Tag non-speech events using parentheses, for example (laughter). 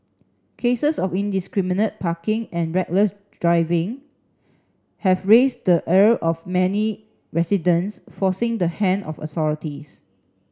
cases of indiscriminate parking and reckless driving have raised the (unintelligible) of many residents forcing the hand of authorities